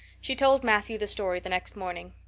she told matthew the story the next morning.